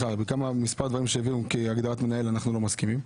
עם מספר דברים שהביאו כהגדרת מנהל אנחנו לא מסכימים.